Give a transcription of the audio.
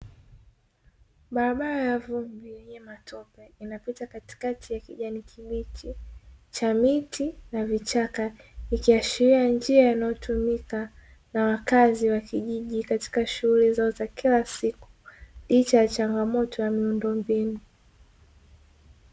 Barabara ya vumbi yenye matope inapita katikati ya kijani kibichi cha miti na vichaka ikiashiria njia inayotumika na wakazi wa kijiji, katika shughuli zao za kila siku licha ya changamoto ya miundombinu .